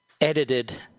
edited